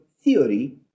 theory